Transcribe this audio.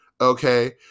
okay